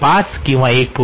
5 किंवा 1